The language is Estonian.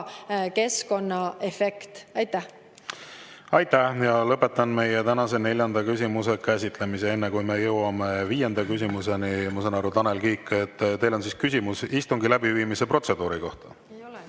keskkonnaefekt. Aitäh! Lõpetan tänase neljanda küsimuse käsitlemise. Enne kui me jõuame viienda küsimuseni, ma saan aru, Tanel Kiik, et teil on küsimus istungi läbiviimise protseduuri kohta.